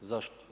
Zašto?